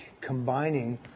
combining